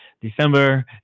december